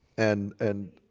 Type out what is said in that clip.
and and